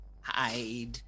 Hide